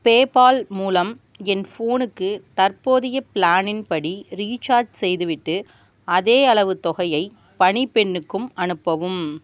PayPal மூலம் என் ஃபோனுக்கு தற்போதைய பிளானின் படி ரீசார்ஜ் செய்துவிட்டு அதே அளவு தொகையை பணிப்பெண்ணுக்கும் அனுப்பவும்